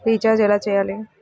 Recharge ఎలా చెయ్యాలి?